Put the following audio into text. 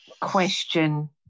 question